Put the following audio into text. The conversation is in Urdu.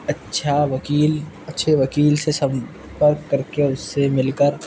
اچھا وکیل اچھے وکیل سے سمپرک کر کے اس سے مل کر